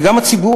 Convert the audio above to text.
וגם הציבור,